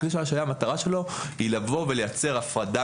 המטרה של כלי ההשעיה היא ליצור הפרדה